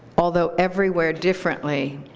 although everywhere differently,